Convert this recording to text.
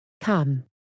Come